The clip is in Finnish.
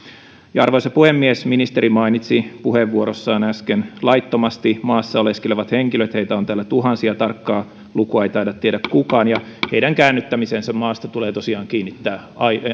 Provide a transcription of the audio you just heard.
arvoisa puhemies ministeri mainitsi puheenvuorossaan äsken laittomasti maassa oleskelevat henkilöt heitä on täällä tuhansia tarkkaa lukua ei taida tietää kukaan ja heidän käännyttämiseensä maasta tulee tosiaan kiinnittää